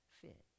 fit